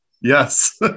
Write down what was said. Yes